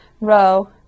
row